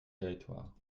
territoires